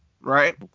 right